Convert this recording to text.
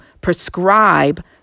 prescribe